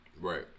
Right